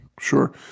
Sure